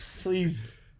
please